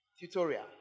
tutorial